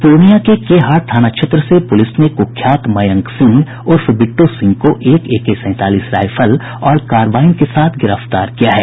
पूर्णियां के के हाट थाना क्षेत्र से पूलिस ने कुख्यात मयंक सिंह उर्फ बिट्टू सिंह को एक एके सैंतालीस राईफल और कारबाईन के साथ गिरफ्तार किया है